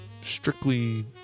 strictly